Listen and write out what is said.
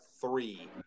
three